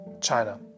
China